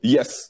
Yes